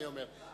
אני אומר,